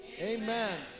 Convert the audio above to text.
Amen